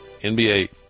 NBA